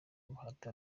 bahati